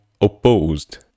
opposed